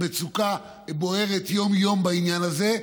והמצוקה בוערת יום-יום בעניין הזה.